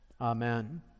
Amen